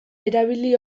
erabili